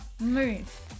move